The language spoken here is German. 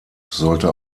sollte